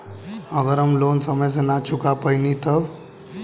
अगर हम लोन समय से ना चुका पैनी तब?